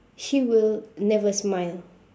she will never smile